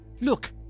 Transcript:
Look